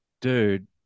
dude